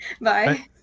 bye